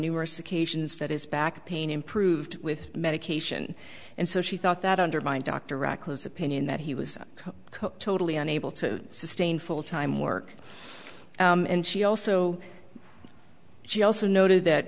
numerous occasions that his back pain improved with medication and so she thought that undermined dr radcliffe's opinion that he was totally unable to sustain full time work and she also she also noted that